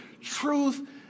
truth